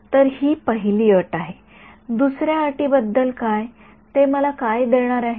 तर ही पहिली अट आहे दुसर्या अटीबद्दल काय ते मला काय देणार आहे